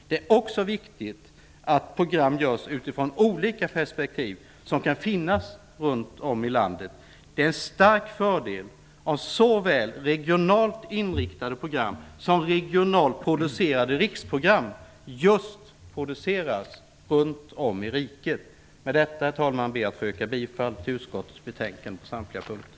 Det är också viktigt att program görs utifrån de olika perspektiv som kan finnas runt om i landet. Det är en stark fördel om såväl regionalt inriktade program som regionalt producerade riksprogram just produceras runt om i riket. Med detta, herr talman, ber jag att få yrka bifall till utskottets hemställan på samtliga punkter.